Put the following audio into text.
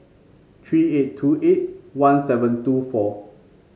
three eight two eight one seven two four